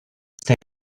state